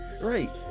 right